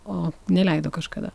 o neleido kažkada